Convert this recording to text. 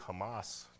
Hamas